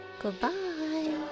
Goodbye